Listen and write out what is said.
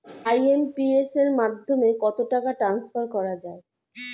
IMPS এর মাধ্যমে কত টাকা ট্রান্সফার করা যায়?